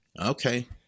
okay